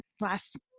last